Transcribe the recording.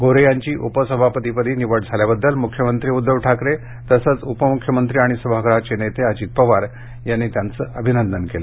गोन्हे यांची उपसभापती पदी निवड झाल्याबद्दल मुख्यमंत्री उद्धव ठाकरे तसंच उपमुख्यमंत्री आणि सभागृह नेते अजित पवार यांनी त्यांचं अभिनंदन केलं